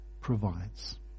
provides